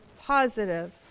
positive